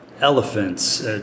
elephants